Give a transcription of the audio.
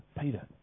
Peter